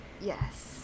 Yes